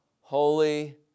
holy